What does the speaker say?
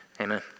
amen